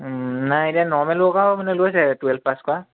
নাই এতিয়া নৰ্মেল ৱৰ্কাৰো মানে লৈছে টুৱেলভ পাছ কৰা